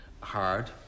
hard